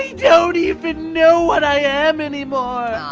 don't even know what i am anymore. aw,